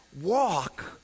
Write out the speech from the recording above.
walk